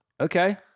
Okay